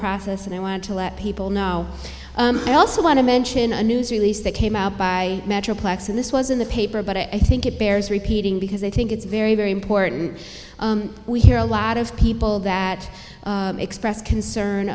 process and i want to let people know i also want to mention a news release that came out by metroplex and this was in the paper but i think it bears repeating because i think it's very very important we hear a lot of people that express concern